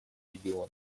региона